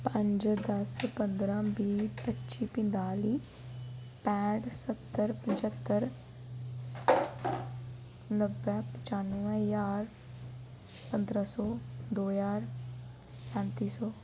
पंज दस पंदरां बीह् पच्ची पंजताली पैंह्ट पचत्तर नब्बै पचानुऐ ज्हार पंदरां सौ दो ज्हार पैंत्ती सौ